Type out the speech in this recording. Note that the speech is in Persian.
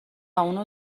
اونو